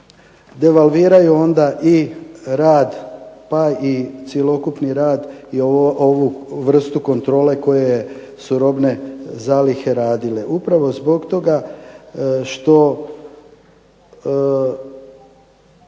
devalviraju onda i rad pa i cjelokupni rad i ovu vrstu kontrole koje su robne zalihe radile upravo zbog toga što